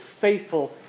faithful